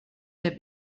der